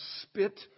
spit